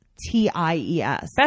T-I-E-S